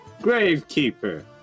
Gravekeeper